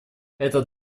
этот